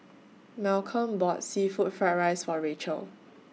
Malcolm bought Seafood Fried Rice For Rachelle